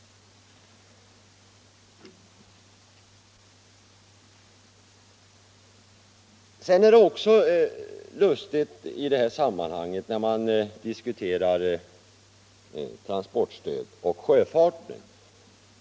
Jag har lagt märke till en lustig sak när man diskuterar transportstödet och sjöfarten.